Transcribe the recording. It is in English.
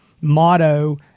motto